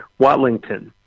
Watlington